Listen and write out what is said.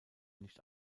nicht